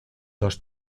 dos